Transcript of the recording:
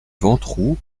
ventroux